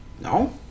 No